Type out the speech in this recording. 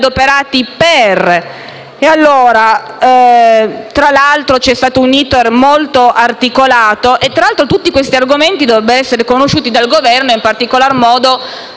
adoperati al riguardo. Tra l'altro, c'è stato un *iter* molto articolato; tutti questi argomenti dovrebbero essere conosciuti dal Governo e, in particolar modo,